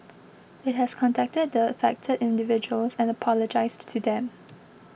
it has contacted the affected individuals and apologised to them